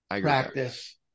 practice